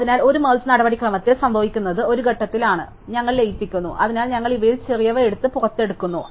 അതിനാൽ ഒരു മെർജ് നടപടിക്രമത്തിൽ സംഭവിക്കുന്നത് ഒരു ഘട്ടത്തിലാണ് അതിനാൽ ഞങ്ങൾ ലയിപ്പിക്കുന്നു അതിനാൽ ഞങ്ങൾ ഇവയിൽ ചെറിയവ എടുത്ത് പുറത്തെടുക്കുന്നു